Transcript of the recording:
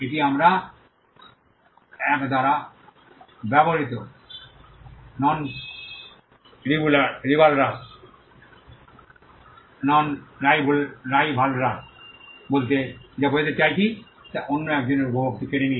এটি আমরা 1 দ্বারা ব্যবহৃত নন রাইভালরাস বলতে যা বোঝাতে চাইছি তা অন্য একজনের উপভোগটি কেড়ে নি